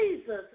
Jesus